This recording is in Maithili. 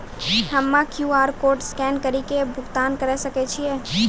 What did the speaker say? हम्मय क्यू.आर कोड स्कैन कड़ी के भुगतान करें सकय छियै?